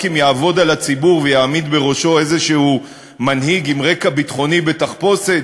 רק אם יעבוד על הציבור ויעמיד בראשו איזה מנהיג עם רקע ביטחוני בתחפושת,